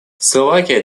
словакия